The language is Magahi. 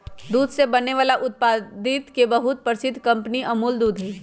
दूध से बने वाला उत्पादित के बहुत प्रसिद्ध कंपनी अमूल दूध हई